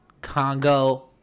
Congo